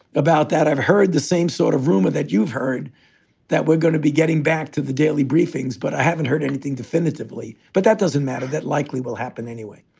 about that. i've heard the same sort of rumor that you've heard that we're going to be getting back to the daily briefings. but i haven't heard anything definitively. but that doesn't matter. that likely will happen anyway.